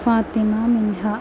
Fathima Minha